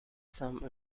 some